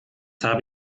habe